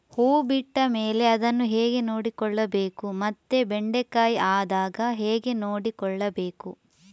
ಹೂ ಬಿಟ್ಟ ಮೇಲೆ ಅದನ್ನು ಹೇಗೆ ನೋಡಿಕೊಳ್ಳಬೇಕು ಮತ್ತೆ ಬೆಂಡೆ ಕಾಯಿ ಆದಾಗ ಹೇಗೆ ನೋಡಿಕೊಳ್ಳಬೇಕು?